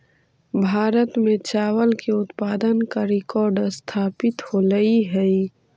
भारत में चावल के उत्पादन का रिकॉर्ड स्थापित होइल हई